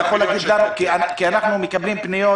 אתה יכול להגיד לנו כי אנחנו מקבלים פניות,